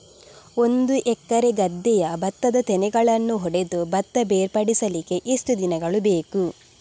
ಒಂದು ಎಕರೆ ಗದ್ದೆಯ ಭತ್ತದ ತೆನೆಗಳನ್ನು ಹೊಡೆದು ಭತ್ತ ಬೇರ್ಪಡಿಸಲಿಕ್ಕೆ ಎಷ್ಟು ದಿನಗಳು ಬೇಕು?